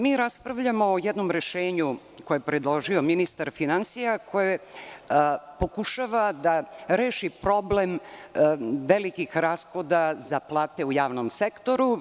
Mi raspravljamo o jednom rešenju koje je predložio ministar finansija, koje pokušava da reši problem velikih rashoda za plate u javnom sektoru.